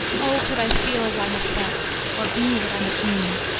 o could i feel as i have felt or be what i have been,